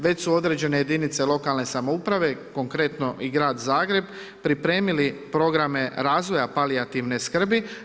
Već su određene jedinice lokalne samouprave, konkretno i Grad Zagreb, pripremili programe razvoja palijativne skrbi.